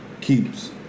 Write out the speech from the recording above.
keeps